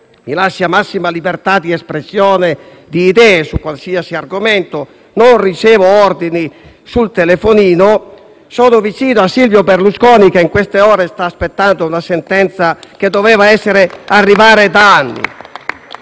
mi lascia massima libertà di espressione di idee su qualsiasi argomento; non ricevo ordini sul telefonino; sono vicino a Silvio Berlusconi, che in queste ore sta aspettando una sentenza che doveva arrivare da anni.